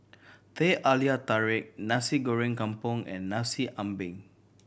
Teh Halia Tarik Nasi Goreng Kampung and Nasi Ambeng